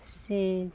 ᱥᱮ